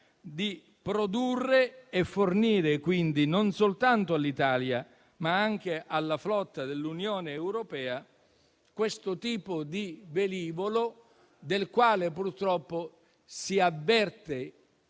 di produrre e fornire, non soltanto all'Italia, ma anche alla flotta dell'Unione europea, questo tipo di velivolo, del quale purtroppo si avverte